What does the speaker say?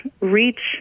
reach